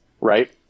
right